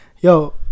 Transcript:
Yo